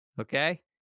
Okay